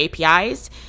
APIs